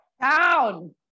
down